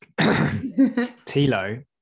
Tilo